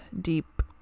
deep